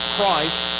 Christ